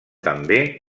també